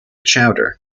chowder